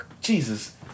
Jesus